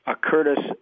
Curtis